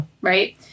Right